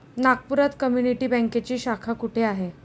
नागपुरात कम्युनिटी बँकेची शाखा कुठे आहे?